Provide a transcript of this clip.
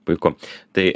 puiku tai